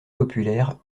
populaire